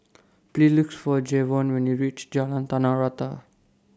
Please Look For Jevon when YOU REACH Jalan Tanah Rata